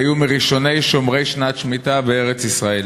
והיו מראשוני שומרי שנת שמיטה בארץ-ישראל.